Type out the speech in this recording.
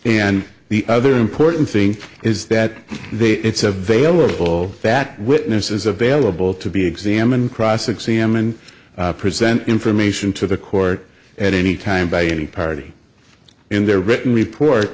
and the other important thing is that they it's a veil of all that witnesses available to be examined cross examined present information to the court at any time by any party in their written report